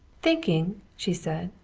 thinking! she said.